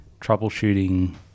troubleshooting